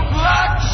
black